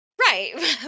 Right